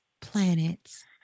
planets